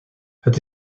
het